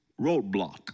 roadblock